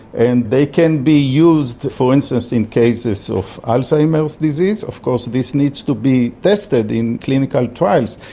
and they can be used for instance in cases of alzheimer's disease. of course this needs to be tested in clinical trials,